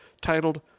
titled